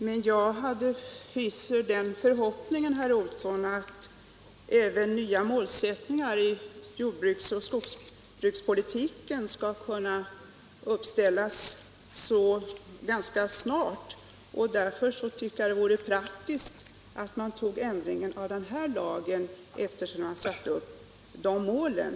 Men jag hyser den förhoppningen, herr Olsson, att nya målsättningar för jordbruksoch skogspolitiken ganska snart skall kunna ställas upp, och därför tycker jag att det vore praktiskt om man gjorde ändringen av lagen sedan man har satt upp de målen.